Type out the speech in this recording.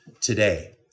today